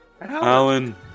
Alan